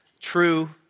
true